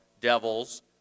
devils